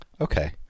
Okay